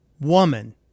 woman